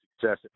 success